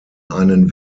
einen